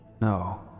No